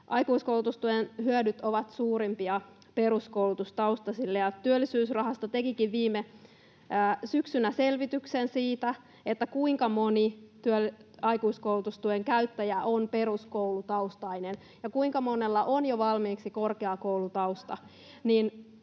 Aikuiskoulutustuen hyödyt ovat suurimpia peruskoulutustaustaisille, ja Työllisyysrahasto tekikin viime syksynä selvityksen siitä, kuinka moni aikuiskoulutustuen käyttäjä on peruskoulutaustainen ja kuinka monella on jo valmiiksi korkeakoulutausta.